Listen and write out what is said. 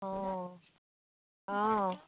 অঁ অঁ